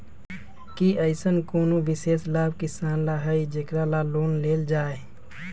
कि अईसन कोनो विशेष लाभ किसान ला हई जेकरा ला लोन लेल जाए?